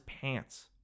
pants